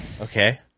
Okay